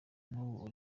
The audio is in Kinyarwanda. n’ubu